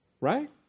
Right